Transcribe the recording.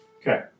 Okay